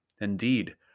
Indeed